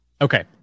Okay